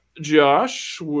josh